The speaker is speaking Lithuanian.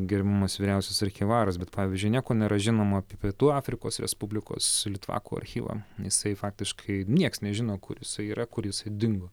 gerbiamas vyriausias archyvaras bet pavyzdžiui nieko nėra žinoma apie pietų afrikos respublikos litvakų archyvą jisai faktiškai nieks nežino kur jisai yra kur jisai dingo